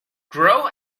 grow